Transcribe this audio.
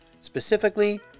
specifically